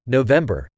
November